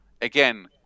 Again